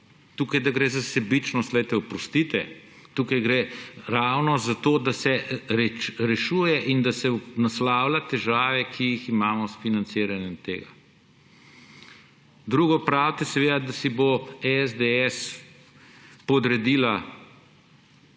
Da gre za sebičnost? Poglejte, oprostite, tukaj gre ravno zato, da se rešuje in da se naslavlja težave, ki jih imamo s financiranjem tega. Pravite, seveda, da si bo SDS podredila